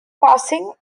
passing